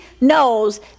knows